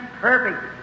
perfect